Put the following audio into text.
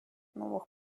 новых